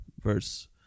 verse